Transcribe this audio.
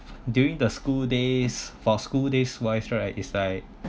during the school days for school days wise right is like